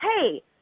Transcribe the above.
hey